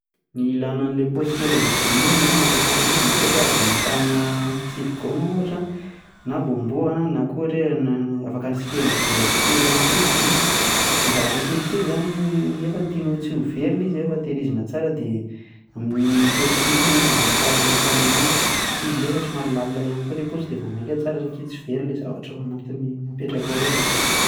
Ny ilàna an'ilay paosy kely amin'ny jean iny angamba raha ny fahitako azy mety hoe azo ametrahana siligaoma ohatra na bombo na koa ohatra hoe afaka hanasitrihana vola kely ihany koa izy iny, izay zavatra kelikely izany nefa tianao tsy ho very ilay izy an fa tehirizina tsara dia amin'iny paosy kely iny angamba no tsara ametrahana an'azy, ilay izy anefa somary lalina ihany koa ilay paosy dia vaomaika tsara satria tsy very ilay zavatra ao napetrakao ao izany.